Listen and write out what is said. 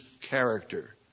character